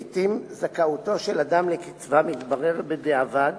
לעתים זכאותו של אדם לקצבה מתבררת בדיעבד,